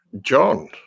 John